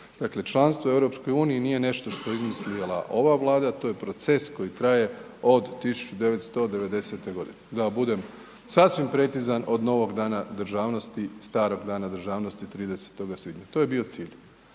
Dakle, članstvo u EU nije nešto što je izmislila ova Vlada, to je proces koji traje od 1990. g. Da budem sasvim precizan, od novog Dana državnosti, starog Dana državnosti, 30. svibnja. To je bio cilj.